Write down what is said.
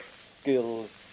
skills